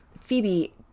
Phoebe